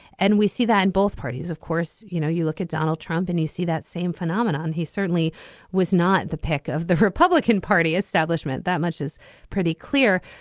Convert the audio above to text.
and we see that in both parties of course. you know you look at donald trump and you see that same phenomenon. he certainly was not the pick of the republican party establishment that much is pretty clear.